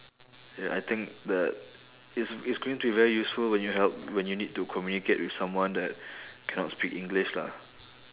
ya I think that it's it's going to be very useful when you help when you need to communicate with someone that cannot speak english lah